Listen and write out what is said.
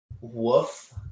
woof